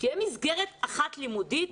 שתהיה מסגרת אחת לימודית.